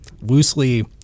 loosely